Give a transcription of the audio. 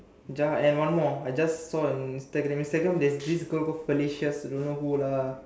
Jah and one more I just saw in Instagram Instagram there's this girl called Felicious don't know who lah